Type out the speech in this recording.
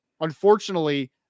Unfortunately